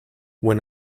when